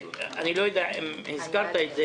אני לא יודע אם הזכרת את זה.